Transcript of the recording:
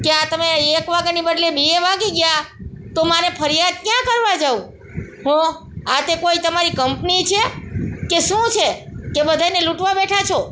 કે આ તમે એક વાગ્યાની બદલે બે વાગી ગયા તો મારે ફરિયાદ ક્યાં કરવા જવું શું આ તે કોઇ તમારી કંપની છે કે શું છે કે બધાયને લૂંટવા બેઠા છો